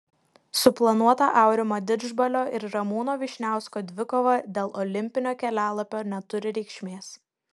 suplanuota aurimo didžbalio ir ramūno vyšniausko dvikova dėl olimpinio kelialapio neturi reikšmės